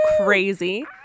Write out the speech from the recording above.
crazy